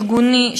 ארגוני,